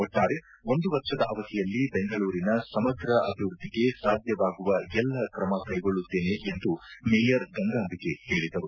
ಒಟ್ಲಾರೆ ಒಂದು ವರ್ಷದ ಅವಧಿಯಲ್ಲಿ ಬೆಂಗಳೂರಿನ ಸಮಗ್ರ ಅಭಿವೃದ್ಧಿಗೆ ಸಾಧ್ಯವಾಗುವ ಎಲ್ಲ ಕ್ರಮ ಕೈಗೊಳ್ಳುತ್ತೇನ ಎಂದು ಮೇಯರ್ ಗಂಗಾಂಬಿಕೆ ಹೇಳಿದರು